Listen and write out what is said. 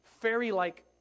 fairy-like